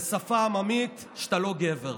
בשפה עממית, שאתה לא גבר,